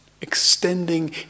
extending